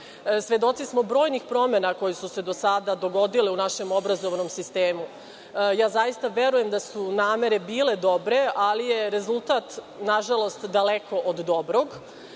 Svedoci smo brojnih promena koje su se do sada dogodile u našem obrazovnom sistemu. Zaista verujem da su namere bile dobre, ali je rezultat nažalost daleko od dobrog.